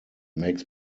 makes